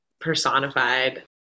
personified